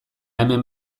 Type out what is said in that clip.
hemen